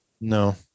No